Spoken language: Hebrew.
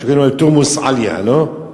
שקוראים לה תורמוס-עיא, לא?